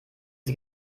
sie